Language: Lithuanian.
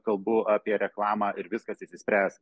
kalbu apie reklamą ir viskas išsispręs